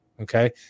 Okay